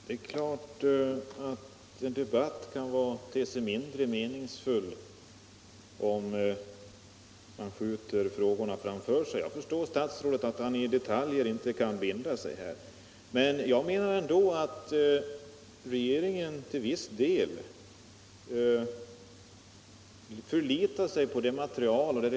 Herr talman! Det är klart att en debatt kan te sig mindre meningsfull om man skjuter frågorna framför sig. Jag förstår att statsrådet inte kan binda sig i detaljer, men jag menar ändå att regeringen till viss del förlitar sig på det remissmaterial den för ut.